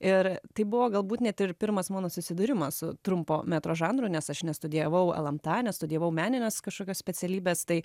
ir tai buvo galbūt net ir pirmas mano susidūrimas su trumpo metro žanro nes aš nestudijavau lmta nestudijavau meninės kažkokios specialybės tai